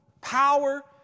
power